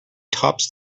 tops